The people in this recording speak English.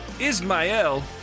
Ismael